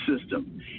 system